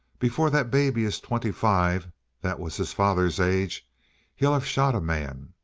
before that baby is twenty-five that was his father's age he'll have shot a man.